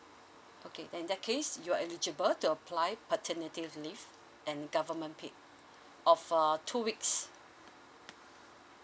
okay then in that case you are eligible to apply paternity leave and government paid of uh two weeks